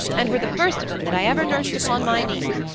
and were the first of em that i ever nursed upon my knee.